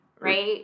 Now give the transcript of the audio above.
right